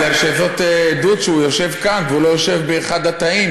כי זאת עדות שהוא יושב כאן והוא לא יושב באחד התאים,